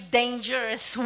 dangerous